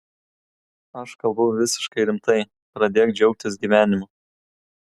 aš kalbu visiškai rimtai pradėk džiaugtis gyvenimu